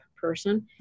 person